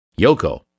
Yoko